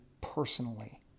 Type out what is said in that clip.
personally